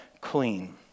clean